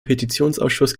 petitionsausschuss